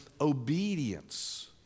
obedience